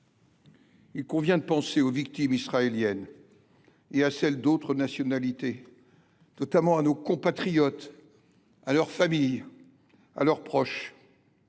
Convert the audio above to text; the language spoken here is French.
il convient de penser aux victimes israéliennes comme à celles d’autres nationalités, notamment à nos compatriotes, à leurs familles, à leurs proches,